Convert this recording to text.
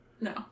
No